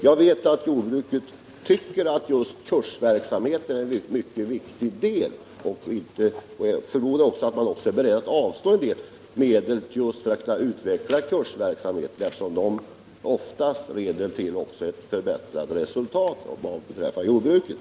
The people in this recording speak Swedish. Jag vet att jordbruket tycker att just kursverksamheten är en mycket viktig del, och jag tror att jordbruket är berett att avstå en del medel just för att kunna utveckla kursverksamheten, eftersom den ofta leder till ett förbättrat resultat av jordbruket.